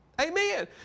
Amen